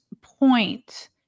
point